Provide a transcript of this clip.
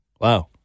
Wow